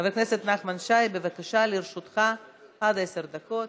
חבר הכנסת נחמן שי, בבקשה, לרשותך עד עשר דקות.